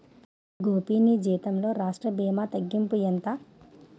గోపీ నీ జీతంలో రాష్ట్ర భీమా తగ్గింపు ఎంత